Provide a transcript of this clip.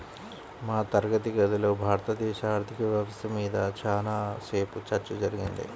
మా తరగతి గదిలో భారతదేశ ఆర్ధిక వ్యవస్థ మీద చానా సేపు చర్చ జరిగింది